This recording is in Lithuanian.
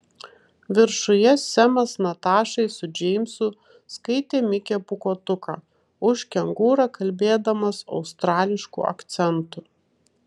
viršuje semas natašai su džeimsu skaitė mikę pūkuotuką už kengūrą kalbėdamas australišku akcentu